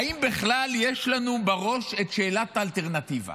האם בכלל יש לנו בראש את שאלת האלטרנטיבה?